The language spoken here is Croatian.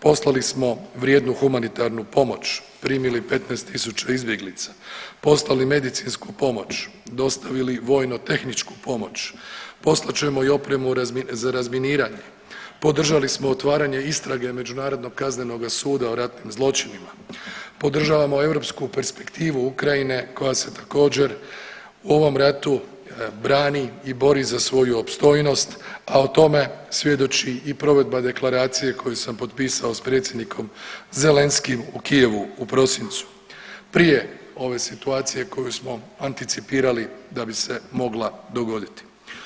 Poslali smo vrijednu humanitarnu pomoć, primili 15 tisuća izbjeglica, poslali medicinsku pomoć, dostavili vojno tehničku pomoć, poslat ćemo i opremu za razminiranje, podržali smo otvaranje istrage Međunarodnog kaznenoga suda o ratnim zločinima, podržavamo europsku perspektivu Ukrajine koja se također u ovom ratu brani i bori za svoju opstojnost, a o tome svjedoči i provedba deklaracije koju sam potpisao s predsjednikom Zelenskim u Kijevu u prosincu, prije ove situacije koju smo anticipirali da bi se mogla dogoditi.